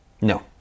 No